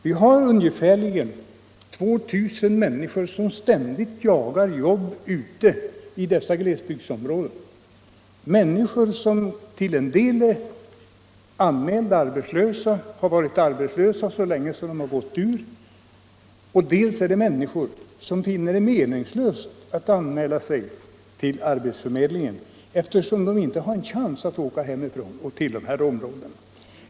Vi har ungefär 2 000 människor som ständigt jagar jobb ute i dessa glesbygdsområden, människor som är anmälda arbetslösa, har varit arbetslösa så lång tid att de inte längre kan få någonting från arbetslöshetskassan, människor som finner det meningslöst att anmäla sig till arbetsförmedlingen eftersom de inte har en chans att åka hemifrån till de områden där arbete finns.